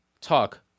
talk